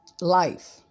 life